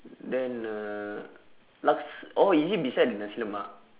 then uh laks~ oh is it beside the nasi-lemak